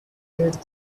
made